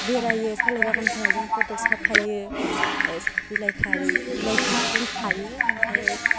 बेरायो सा बिलाइ बागानफ्राव जों फट' साफायो ओमफ्राय सा बिलाइ खायो बिलाइखौ जों खायो ओमफ्राय